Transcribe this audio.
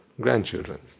Grandchildren